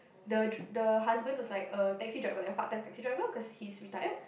the dr~ the husband was like a taxi driver like a part time taxi driver cause he's retired